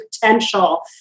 potential